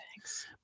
Thanks